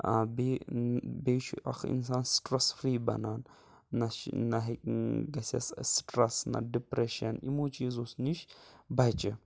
بیٚیہِ بیٚیہِ چھُ اَکھ اِنسان سٹرٛس فری بَنان نہ چھِ نہ ہیٚکہِ گَژھٮ۪س سٹرٛس نہ ڈِپرٮ۪شَن یِممو چیٖز اوس نِش بَچہِ